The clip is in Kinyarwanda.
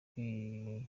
kwiyegereza